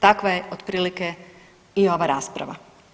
Takva je otprilike i ova rasprava.